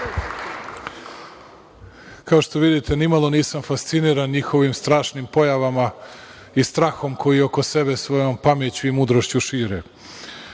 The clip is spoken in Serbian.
kao što vidite, nimalo nisam fasciniran njihovim strašnim pojavama i strahom koji oko sebe, svojom mudrošću i